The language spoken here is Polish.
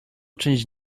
część